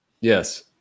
Yes